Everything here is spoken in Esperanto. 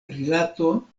rilato